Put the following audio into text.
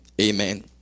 Amen